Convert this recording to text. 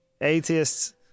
atheists